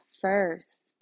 first